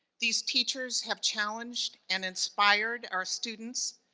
these teachers have challenged and inspired our students,